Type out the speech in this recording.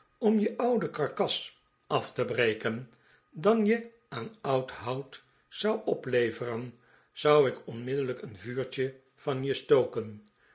om je oude karkas af te breken dan je aan oud hout zou opleveren zou ik onmiddellijk een vuurtje van je stoken